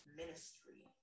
ministry